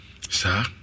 sir